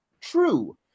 true